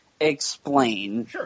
explain